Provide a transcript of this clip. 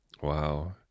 Wow